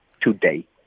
today